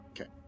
Okay